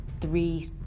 three